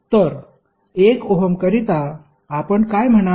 तर 1 ओहम करिता आपण काय म्हणाल